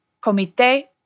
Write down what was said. Comité